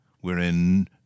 wherein